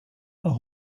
are